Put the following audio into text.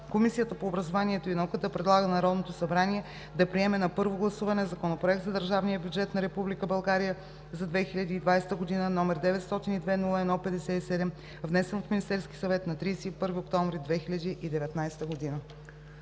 Комисията по образованието и науката предлага на Народното събрание да приеме на първо гласуване Законопроект за държавния бюджет на Република България за 2020 г., № 902-01-57, внесен от Министерския съвет на 31 октомври 2019 г.“